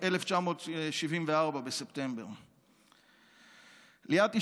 בספטמבר 1974. ליאת,